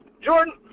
Jordan